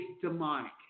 demonic